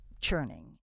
churning